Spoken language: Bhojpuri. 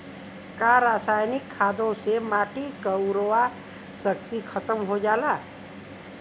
का रसायनिक खादों से माटी क उर्वरा शक्ति खतम हो जाला?